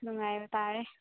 ꯅꯨꯡꯉꯥꯏꯕ ꯇꯥꯔꯦ